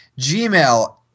Gmail